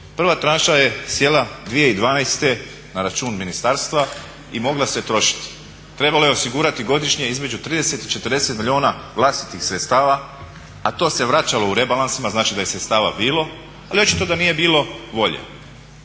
Prva tranša je sjela 2012.na račun ministarstva i mogla se trošiti. Trebalo je osigurati godišnje između 30 i 40 milijuna vlastitih sredstava, a to se vraćalo u rebalansima, znači da je sredstava bilo ali očito da nije bilo volje.